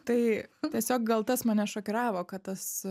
tai tiesiog gal tas mane šokiravo kad tas